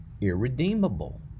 irredeemable